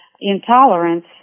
intolerance